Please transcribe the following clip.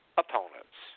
opponents